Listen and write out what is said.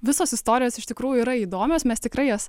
visos istorijos iš tikrųjų yra įdomios mes tikrai jas